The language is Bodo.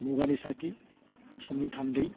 मुगानि साखि समनि थान्दै